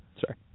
Sorry